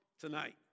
tonight